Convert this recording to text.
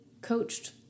coached